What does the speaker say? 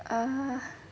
err